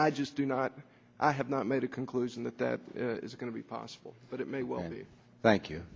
i just do not i have not made a conclusion that that is going to be possible but it may well andy thank you